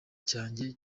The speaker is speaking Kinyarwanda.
cyanjye